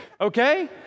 okay